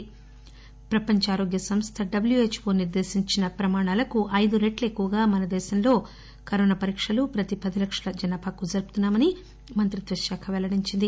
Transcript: WH O ప్రపంచ ఆరోగ్య సంస్థ నిర్దేశించిన ప్రమాణాలకు అయిదు రెట్లు ఎక్కువగా మనదేశంలో కరోనా పరీక్షలు ప్రతి పది లక్షల జనాభాకు జరుపుతున్నామని మంత్రిత్వశాఖ పెల్లడించింది